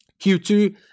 Q2